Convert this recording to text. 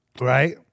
Right